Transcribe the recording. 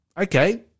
okay